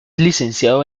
licenciado